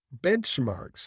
benchmarks